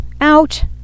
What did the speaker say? out